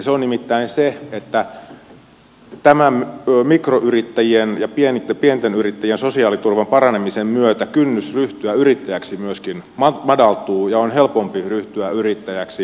se on nimittäin se että tämän mikroyrittäjien ja pienten yrittäjien sosiaaliturvan paranemisen myötä myöskin kynnys ryhtyä yrittäjäksi madaltuu ja on helpompi ryhtyä yrittäjäksi